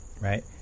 right